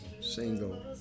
single